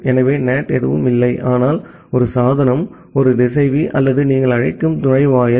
எனவே NAT எதுவும் இல்லை ஆனால் ஒரு சாதனம் ஒரு திசைவி அல்லது நீங்கள் அழைக்கும் நுழைவாயில்